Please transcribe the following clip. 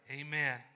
Amen